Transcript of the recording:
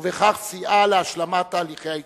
ובכך סייעה בהשלמת תהליכי ההצטרפות.